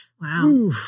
Wow